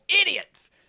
idiots